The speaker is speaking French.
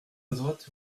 droite